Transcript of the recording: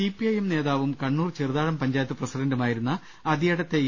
C P I M നേതാവും കണ്ണൂർ ചെറുതാഴം പഞ്ചായത്ത് പ്രസി ഡന്റുമായിരുന്ന അദിയടത്തെ ഇ